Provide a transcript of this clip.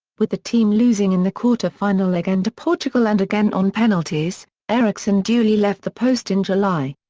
with the team losing in the quarter-final again to portugal and again on penalties, eriksson duly left the post in july.